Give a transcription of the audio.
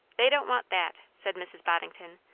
they don't want that, said mrs. boddington.